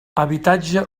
habitatge